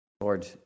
Lord